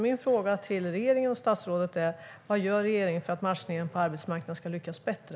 Min fråga till regeringen och statsrådet är vad regeringen gör för att matchningen på arbetsmarknaden ska lyckas bättre.